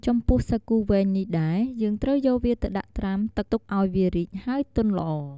ចំពោះ សាគូវែងនេះដែរ យើងត្រូវយកវាទៅដាក់ត្រាំទឹកទុកអោយវារីក ហើយទន់ល្អ។